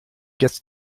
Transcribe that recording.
gets